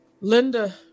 Linda